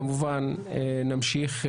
נמשיך מחר,